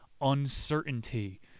uncertainty